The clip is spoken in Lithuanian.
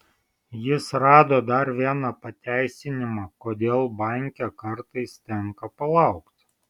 jis rado dar vieną pateisinimą kodėl banke kartais tenka palaukti